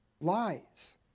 lies